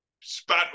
Spot